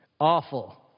Awful